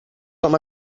com